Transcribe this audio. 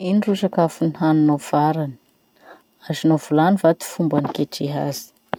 Ino ro sakafo nohaninao farany? Azonao volany va ty fomba niketreha azy?